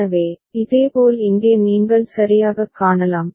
எனவே இதேபோல் இங்கே நீங்கள் சரியாகக் காணலாம்